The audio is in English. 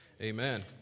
amen